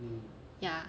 ya